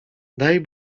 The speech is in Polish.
daj